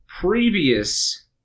previous